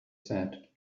said